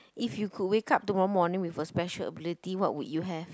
if you could wake up tomorrow morning with a special ability what would you have